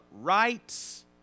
rights